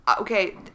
Okay